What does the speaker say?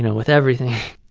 with everything.